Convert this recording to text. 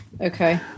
Okay